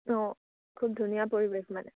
অঁ খুব ধুনীয়া পৰিৱেশ মানে